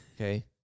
Okay